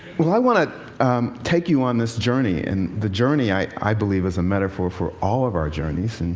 well, i want to take you on this journey. and the journey, i believe, is a metaphor for all of our journeys.